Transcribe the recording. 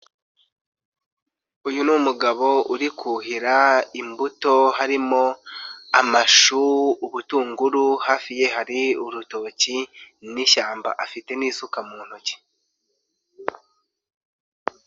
Uyu ni umugabo uri kuhira imbuto harimo; amashu, ubutunguru hafi ye hari urutoki n'ishyamba, afite n'isuka mu ntoki.